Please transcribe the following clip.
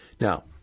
Now